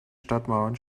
stadtmauern